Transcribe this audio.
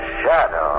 shadow